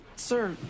Sir